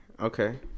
okay